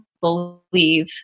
believe